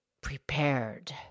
prepared